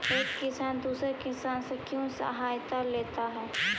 एक किसान दूसरे किसान से क्यों सहायता लेता है?